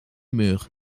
muur